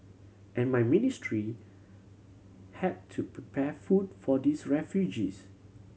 and my ministry had to prepare food for these refugees